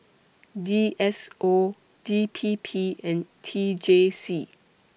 D S O D P P and T J C